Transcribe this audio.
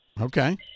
okay